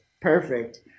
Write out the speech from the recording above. perfect